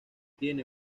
tiene